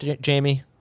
Jamie